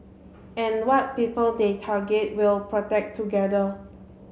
and what people they target we'll protect together